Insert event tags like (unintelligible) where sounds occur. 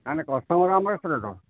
ଆମେ କଷ୍ଟମର୍ ଆମର (unintelligible)